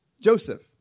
Joseph